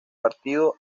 partido